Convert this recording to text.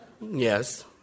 Yes